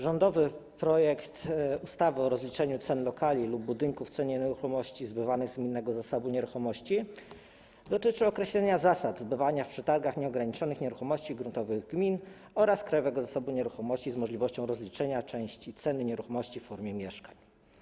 Rządowy projekt ustawy o rozliczaniu ceny lokali lub budynków w cenie nieruchomości zbywanych z gminnego zasobu nieruchomości dotyczy określenia zasad zbywania w przetargach nieograniczonych nieruchomości gruntowych gmin oraz Krajowego Zasobu Nieruchomości z możliwością rozliczenia części ceny nieruchomości w formie mieszkań.